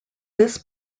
this